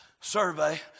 survey